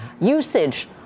usage